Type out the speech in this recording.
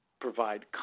provide